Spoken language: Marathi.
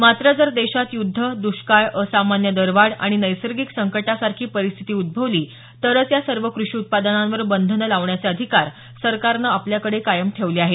मात्र जर देशात युद्ध दुष्काळ असामान्य दरवाढ आणि नैसर्गिक संकटांसारखी परिस्थिती उद्भवली तरच या सर्व कृषी उत्पादनांवर बंधनं लावण्याचे अधिकार सरकारनं आपल्याकडे कायम ठेवले आहेत